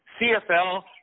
CFL